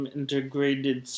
integrated